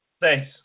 Thanks